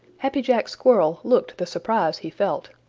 happy jack squirrel looked the surprise he felt.